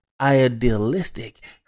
idealistic